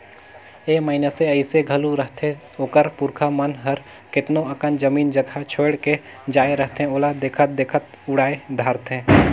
ए मइनसे अइसे घलो रहथें ओकर पुरखा मन हर केतनो अकन जमीन जगहा छोंएड़ के जाए रहथें ओला देखत देखत उड़ाए धारथें